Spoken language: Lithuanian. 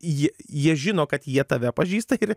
jie jie žino kad jie tave pažįsta ir